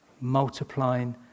multiplying